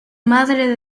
madre